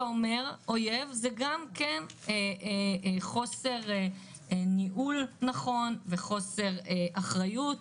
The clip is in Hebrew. אויב זה גם חוסר ניהול נכון וגם חוסר אחריות.